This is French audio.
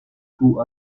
tout